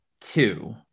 two